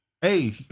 Hey